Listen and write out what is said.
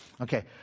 Okay